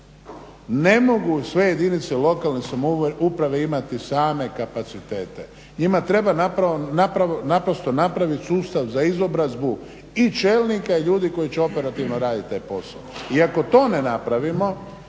ne mogu sve jedinice lokalne samouprave imati same kapacitete, njima treba naprosto napraviti sustav za izobrazbu i čelnika i ljudi koji će operativno raditi taj posao i ako to ne napravimo